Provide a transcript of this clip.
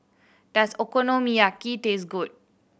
does Okonomiyaki taste good